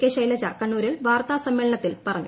K Shailaja കണ്ണൂരിൽ വാർത്താ സമ്മേളനത്തിൽ പറഞ്ഞു